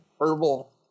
herbal